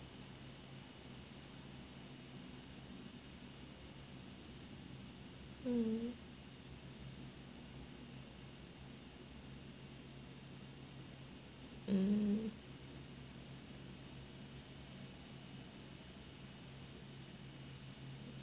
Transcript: mm mm